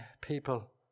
people